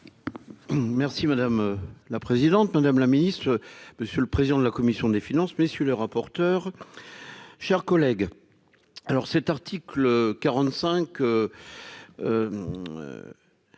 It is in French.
Merci madame la présidente, madame la ministre, monsieur le président de la commission des finances, messieurs les rapporteurs, chers collègues, alors cet article 45